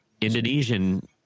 Indonesian